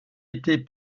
était